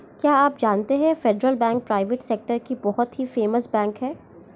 क्या आप जानते है फेडरल बैंक प्राइवेट सेक्टर की बहुत ही फेमस बैंक है?